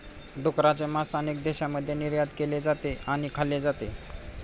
डुकराचे मांस अनेक देशांमध्ये निर्यात केले जाते आणि खाल्ले जाते